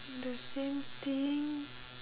the same thing